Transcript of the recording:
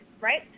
right